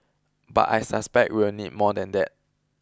but I suspect we will need more than that